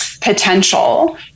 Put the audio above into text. potential